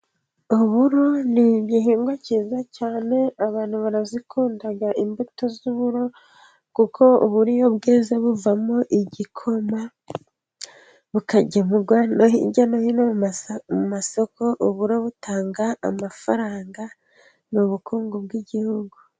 Uburo ni igihingwa cyiza cyane, abantu barazikunda imbuto z'uburo kuko uburo iyo bweze buvamo igikoma, bukagemurwa hirya no hino mu masoko, uburo butanga amafaranga, ni ubukungu bw'Igihugu.